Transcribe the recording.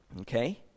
Okay